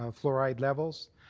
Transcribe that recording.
ah fluoride levels.